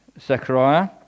Zechariah